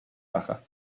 baja